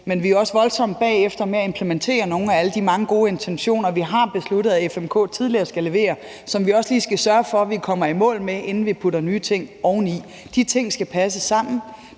men vi er også voldsomt bagefter med at implementere nogle af alle de mange gode intentioner, vi har, med hensyn til hvad FMK skal levere, som vi også lige skal sørge for at komme i mål med, inden vi putter nye ting oveni. De ting skal passe sammen.